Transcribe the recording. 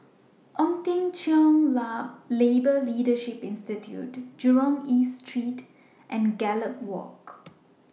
Ong Teng Cheong Labour Leadership Institute Jurong East Street and Gallop Walk